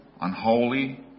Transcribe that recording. unholy